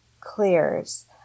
clears